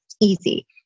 easy